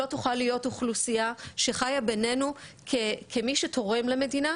שלא תוכל להיות אוכלוסייה שחיה ביננו כמי שתורם למדינה,